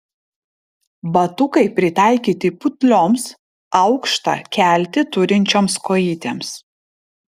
batukai pritaikyti putlioms aukštą keltį turinčioms kojytėms